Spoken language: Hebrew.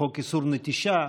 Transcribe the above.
חוק איסור נטישה,